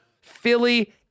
Philly